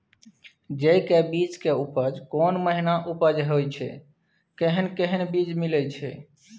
जेय के बीज के उपज कोन महीना उपज होय छै कैहन कैहन बीज मिलय छै?